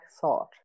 thought